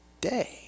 day